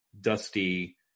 Dusty